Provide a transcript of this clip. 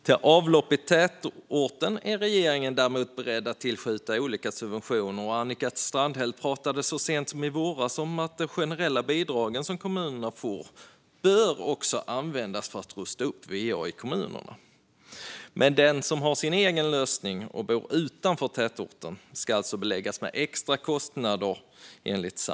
För avlopp i tätorten är regeringen däremot beredd att göra olika subventioner, och Annika Strandhäll pratade så sent som i våras om att de generella bidrag som kommunerna får också bör användas till att rusta upp va-anläggningar i kommunerna. Men den som har sin egen lösning och bor utanför tätorten ska enligt samma regering alltså beläggas med extra kostnader.